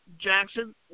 Jackson